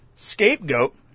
scapegoat